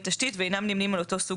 קווי תשתית ואינם נמנים על אותו סוג